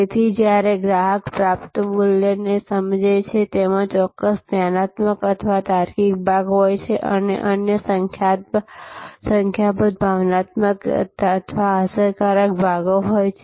તેથી જ્યારે ગ્રાહક પ્રાપ્ત મૂલ્યને સમજે છે તેમાં ચોક્કસ જ્ઞાનાત્મક અથવા તાર્કિક ભાગ હોય છે અને અન્ય સંખ્યાબંધ ભાવનાત્મક અથવા અસરકારક ભાગો હોય છે